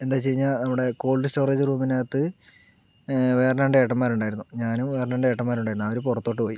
എന്താ വെച്ചു കഴിഞ്ഞാൽ നമ്മടെ കോൾഡ് സ്റ്റോറേജ് റൂമിനകത്ത് വേറെ രണ്ട് ഏട്ടന്മാരുണ്ടാരുന്നു ഞാനും വേറെ രണ്ട് ഏട്ടന്മാരുണ്ടാരുന്നു അവര് പുറത്തോട്ട് പോയി